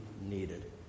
needed